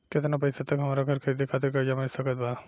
केतना पईसा तक हमरा घर खरीदे खातिर कर्जा मिल सकत बा?